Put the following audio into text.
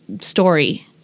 story